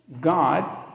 God